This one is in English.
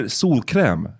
solkräm